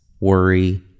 worry